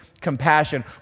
compassion